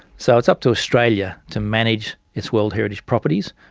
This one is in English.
so it's up to australia to manage its world heritage properties,